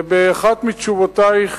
ובאחת מתשובותייך,